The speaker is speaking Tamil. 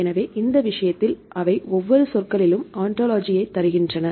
எனவே இந்த விஷயத்தில் அவை ஒவ்வொரு சொற்களிளும் ஒன்டோலஜி ஐ தருகின்றன